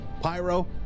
Pyro